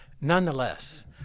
Nonetheless